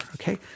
okay